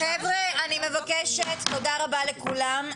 חבר'ה, אני מבקשת, תודה רבה לכולם.